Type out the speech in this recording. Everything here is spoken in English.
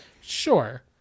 Sure